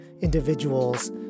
individuals